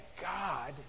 God